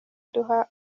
duha